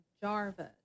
Jarvis